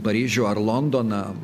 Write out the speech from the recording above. paryžių ar londoną